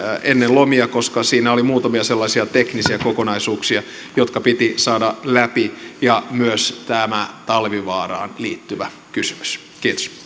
ennen lomia koska siinä oli muutamia sellaisia teknisiä kokonaisuuksia jotka piti saada läpi ja myös tämä talvivaaraan liittyvä kysymys